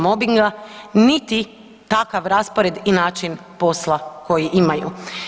mobinga, niti takav raspored i način posla koji imaju.